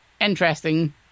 Interesting